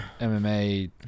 MMA